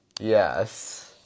Yes